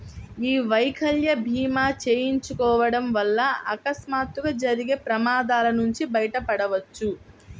యీ వైకల్య భీమా చేయించుకోడం వల్ల అకస్మాత్తుగా జరిగే ప్రమాదాల నుంచి బయటపడొచ్చు